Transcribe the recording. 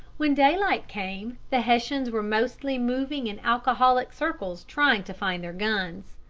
when daylight came, the hessians were mostly moving in alcoholic circles trying to find their guns.